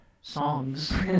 songs